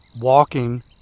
walking